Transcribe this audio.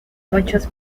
muchos